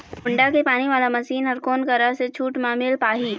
Honda के पानी वाला मशीन हर कोन करा से छूट म मिल पाही?